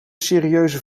serieuze